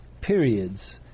periods